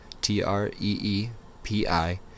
T-R-E-E-P-I